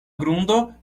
grundo